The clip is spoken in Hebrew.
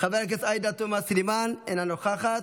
חברת הכנסת עאידה תומא סלימאן, אינה נוכחת,